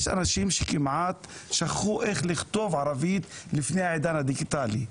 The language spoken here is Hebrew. יש אנשים שכמעט שכחו איך לכתוב ערבית לפני העידן הדיגיטלי.